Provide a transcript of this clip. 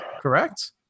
correct